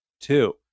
Two